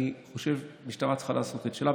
אני חושב שהמשטרה צריכה לעשות את שלה,